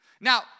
Now